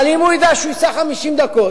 אבל אם הוא ידע שהוא ייסע 50 דקות,